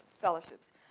fellowships